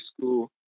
school